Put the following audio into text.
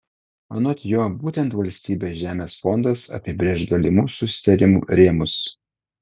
anot jo būtent valstybės žemės fondas apibrėš galimų susitarimų rėmus